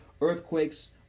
earthquakes